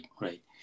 right